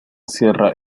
cierra